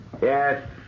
Yes